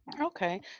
Okay